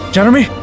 Jeremy